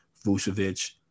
Vucevic